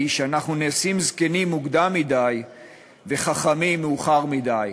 שאנחנו נעשים זקנים מוקדם מדי וחכמים מאוחר מדי.